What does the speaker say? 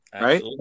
right